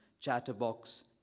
chatterbox